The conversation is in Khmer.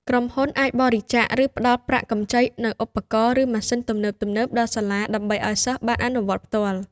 ក្រុមហ៊ុនអាចបរិច្ចាគ ឬផ្តល់ប្រាក់កម្ចីនូវឧបករណ៍ ឬម៉ាស៊ីនទំនើបៗដល់សាលាដើម្បីឱ្យសិស្សបានអនុវត្តផ្ទាល់។